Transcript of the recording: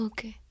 Okay